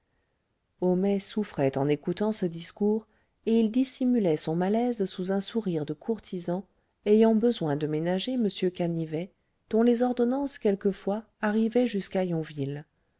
homais souffrait en écoutant ce discours et il dissimulait son malaise sous un sourire de courtisan ayant besoin de ménager m canivet dont les ordonnances quelquefois arrivaient jusqu'à yonville